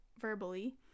verbally